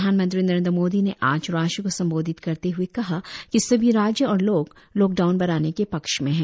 प्रधानमंत्री नरेनद्र मोदी ने आज राष्ट्र को संबोधित करते हए कहा कि सभी राज्य और लोग लॉकडाउन बढ़ाने के पक्ष में हैं